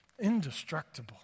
indestructible